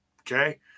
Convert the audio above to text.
okay